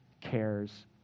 cares